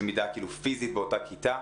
למידה פיזית באותה כיתה,